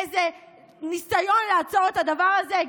איזה ניסיון לעצור את הדבר הזה?